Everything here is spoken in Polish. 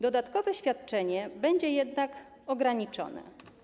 Dodatkowe świadczenie będzie jednak ograniczone.